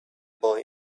boy